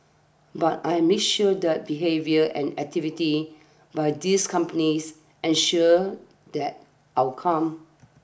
but I make sure that behaviour and activity by these companies ensure that outcome